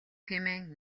хэмээн